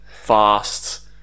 fast